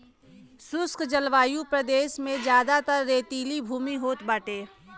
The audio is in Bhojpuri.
शुष्क जलवायु प्रदेश में जयादातर रेतीली भूमि होत बाटे